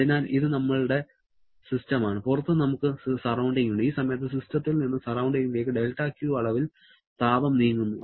അതിനാൽ ഇത് നമ്മളുടെ സിസ്റ്റമാണ് പുറത്ത് നമുക്ക് സറൌണ്ടിങ് ഉണ്ട് ഈ സമയത്ത് സിസ്റ്റത്തിൽ നിന്ന് സറൌണ്ടിങ്ങിലേക്ക് δQ അളവിൽ താപം നീങ്ങുന്നു